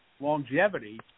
longevity